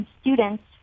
students